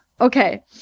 Okay